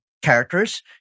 Characters